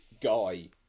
guy